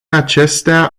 acestea